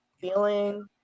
feeling